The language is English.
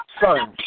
son